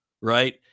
right